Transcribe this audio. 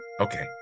Okay